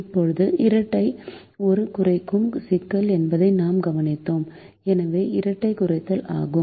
இப்போது இரட்டை ஒரு குறைக்கும் சிக்கல் என்பதை நாம் கவனித்தோம் எனவே இரட்டை குறைத்தல் ஆகும்